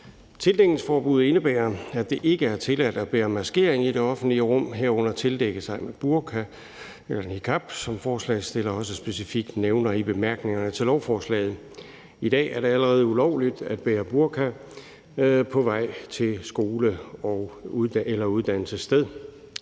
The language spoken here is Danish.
Tildækningsforbuddet indebærer, at det ikke er tilladt at bære maskering i det offentlige rum, herunder tildække sig med burka eller niqab, som forslagsstillerne også specifikt nævner i bemærkningerne til lovforslaget. I dag er det allerede ulovligt at bære burka på vej til skole eller uddannelsessted.